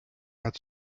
had